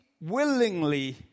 willingly